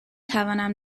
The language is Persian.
توانم